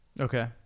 Okay